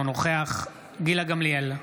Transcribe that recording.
אינו נוכח גילה גמליאל,